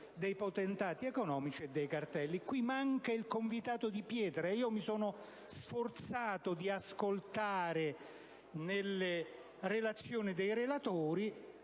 dei potentati economici e dei cartelli. Qui manca però il «convitato di pietra»: mi sono sforzato di ascoltare le relazioni che sono